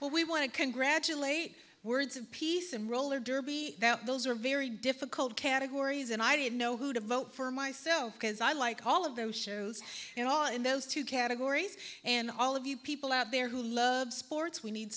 well we want to congratulate words of peace and roller derby those are very difficult categories and i didn't know who to vote for myself because i like all of those shows and all in those two categories and all of you people out there who love sports we need